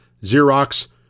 Xerox